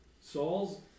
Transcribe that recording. Saul's